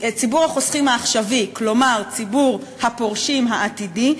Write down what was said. כלומר ציבור הפורשים העתידי,